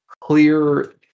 clear